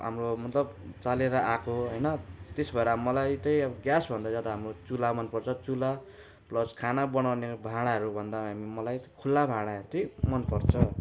हाम्रो मतलब चलेर आएको हो होइन त्यसो भएर अब मलाई चाहिँ ग्यासभन्दा ज्यादा हाम्रो चुला मन पर्छ चुला प्लस खाना बनाउने भाँडाहरू भन्दा अनि मलाई खुला भाँडाहरू चाहिँ मन पर्छ